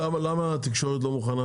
למה התקשורת לא מוכנה?